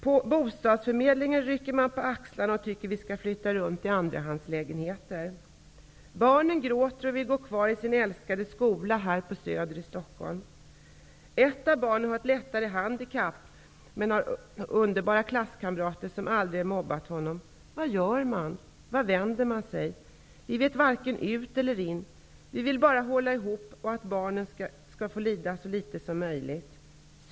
På bostadsförmedlingen rycker man på axlarna och tycker att vi ska flytta runt i andrahandslägenheter. Barnen gråter och vill gå kvar i sin älskade skola här på Söder i Stockholm. Ett av barnen har ett lättare handikapp men har underbara klasskamrater som aldrig har mobbat honom. Vad gör man? Vart vänder man sig? Vi vet varken ut eller in. Vi vill bara hålla ihop och att barnen skall få lida så litet som möjligt.''